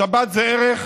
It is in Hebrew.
השבת היא ערך